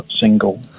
single